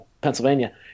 Pennsylvania